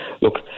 look